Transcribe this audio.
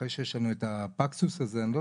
אחרי שיש לנו את הפגאסוס הזה אני לא